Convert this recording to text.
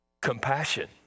Compassion